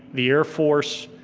the air force,